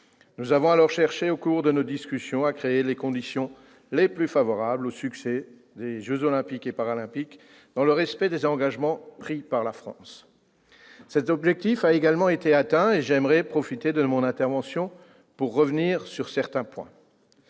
Nous avons cherché, au cours de nos discussions, à créer les conditions les plus favorables au succès des jeux Olympiques et Paralympiques, dans le respect des engagements pris par la France. Cet objectif a, globalement, été atteint, et j'aimerais profiter de mon intervention pour revenir sur certains points.